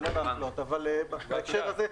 בהקשר הזה,